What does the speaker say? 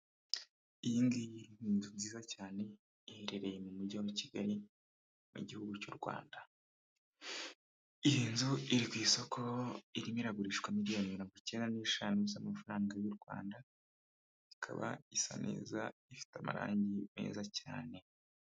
Iyi ngiyi ni inzu nziza cyane, iherereye mu mujyi wa Kigali, mu gihugu cy'u Rwanda. Iyi nzu iri ku isoko, irimo iragurishwa miliyoni mirongocyenda n'eshanu z'amafaranga y'u Rwanda, ikaba isa neza, ifite amarangi meza cyane.